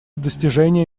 достижения